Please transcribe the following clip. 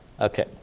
okay